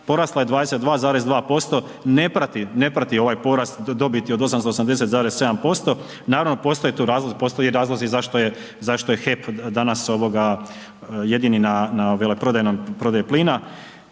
porasla je 22,2%, ne prati ovaj porast dobiti od 880,7%, naravno postoje tu razlozi, postoje uvijek razlozi zašto je HEP danas jedini na veleprodaji plina.